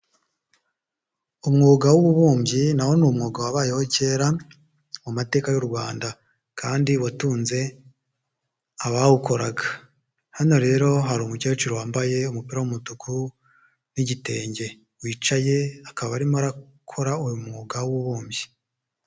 Umwuga w'ububumbyi na wo ni umwuga wabayeho kera, mu mateka y'u Rwanda kandi watunze abawukoraga, hano rero hari umukecuru wambaye umupira w'umutuku n'igitenge wicaye, akaba arimo arakora uyu mwuga w'ububumbyi.